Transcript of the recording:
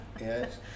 yes